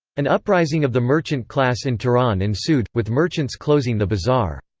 an uprising of the merchant class in tehran ensued, with merchants closing the bazaar.